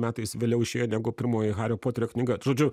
metais vėliau išėjo negu pirmoji hario poterio knyga žodžiu